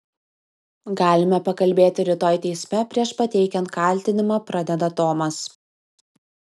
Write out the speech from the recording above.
galime pakalbėti rytoj teisme prieš pateikiant kaltinimą pradeda tomas